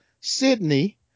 Sydney